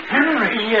Henry